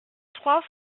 trois